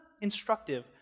instructive